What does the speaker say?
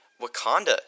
Wakanda